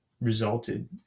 resulted